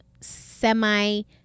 semi